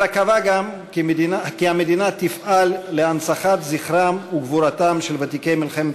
אלא קבע גם כי המדינה תפעל להנצחת זכרם וגבורתם של ותיקי מלחמת